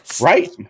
Right